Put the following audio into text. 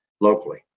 locally